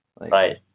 Right